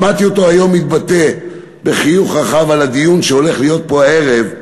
שמעתי אותו היום מתבטא בחיוך רחב על הדיון שהולך להיות פה הערב: